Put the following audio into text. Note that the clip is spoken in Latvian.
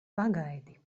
pagaidi